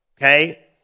okay